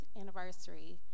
anniversary